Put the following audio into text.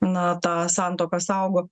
na tą santuoką saugo